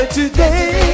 today